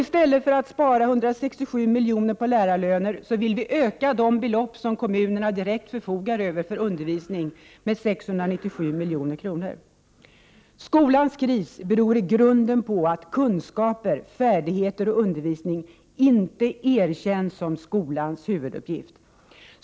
I stället för att spara 167 miljoner på lärarlöner vill vi öka de belopp som kommunerna direkt förfogar över för undervisning med 697 milj.kr.! Skolans kris beror i grunden på att kunskaper, färdigheter och undervisning inte erkänns som skolans huvuduppgift.